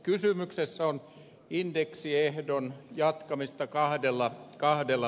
kysymyksessä on indeksiehdon jatkaminen kahdella vuodella